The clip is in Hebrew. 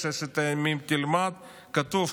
"ששת ימים תלמד"; כתוב,